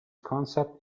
concept